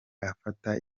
afata